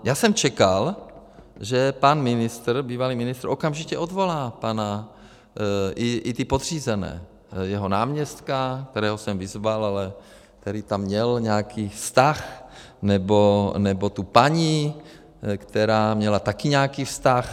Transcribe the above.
Já jsem čekal, že pan ministr, bývalý ministr, okamžitě odvolá pana, i ty podřízené, jeho náměstka, kterého jsem vyzval, ale který tam měl nějaký vztah, nebo tu paní, která měla taky nějaký vztah.